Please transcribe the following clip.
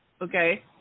okay